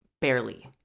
Barely